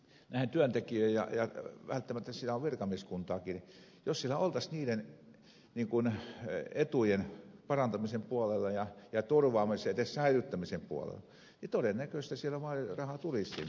jos siellä oltaisiin näiden työntekijöiden ja on siinä virkamieskuntaakin etujen parantamisen puolella ja turvaamisen tai edes säilyttämisen puolella niin todennäköisesti sieltä vaalirahaa sinne tulisi